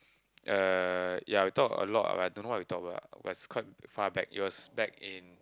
uh ya we talk a lot but I don't know what we talk about it was quite far back it was back in